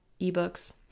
eBooks